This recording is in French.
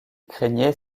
craignait